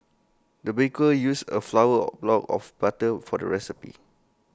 the baker used A flower block of butter for the recipe